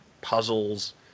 puzzles